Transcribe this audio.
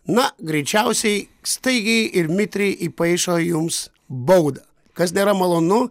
na greičiausiai staigiai ir mitriai įpaišo jums baudą kas nėra malonu